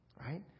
right